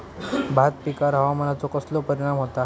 भात पिकांर हवामानाचो कसो परिणाम होता?